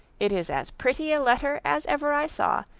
it is as pretty a letter as ever i saw,